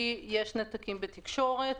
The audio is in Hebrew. כי יש נתקים בתקשורת.